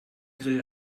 grill